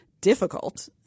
difficult